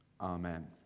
Amen